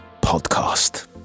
Podcast